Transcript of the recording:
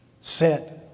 set